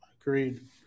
Agreed